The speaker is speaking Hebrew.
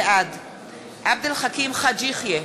בעד עבד אל חכים חאג' יחיא,